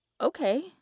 okay